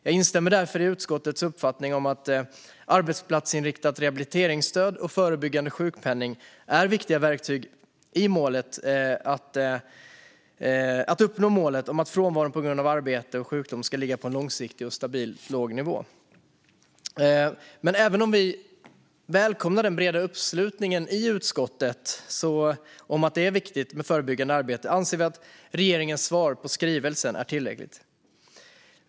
Jag instämmer därför i utskottets uppfattning om att arbetsplatsinriktat rehabiliteringsstöd och förebyggande sjukpenning är viktiga verktyg för att uppnå målet om att frånvaron från arbete på grund av sjukdom ska ligga på en långsiktig och stabil låg nivå. Men även om vi välkomnar den breda uppslutningen i utskottet om att det är viktigt med förebyggande arbete anser vi att regeringens svar på skrivelsen är tillräckligt.